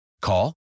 Call